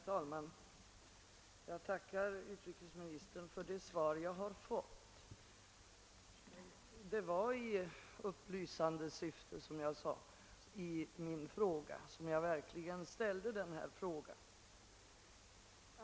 Herr talman! Jag tackar utrikesministern för det svar jag har fått. Det var verkligen »i upplysande syfte« — som jag uttryckte det — jag ställde denna fråga.